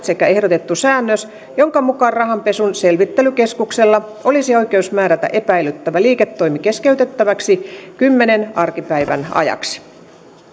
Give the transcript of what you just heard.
sekä ehdotettu säännös jonka mukaan rahanpesun selvittelykeskuksella olisi oikeus määrätä epäilyttävä liiketoimi keskeytettäväksi kymmenen arkipäivän ajaksi